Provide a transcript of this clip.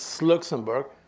Luxembourg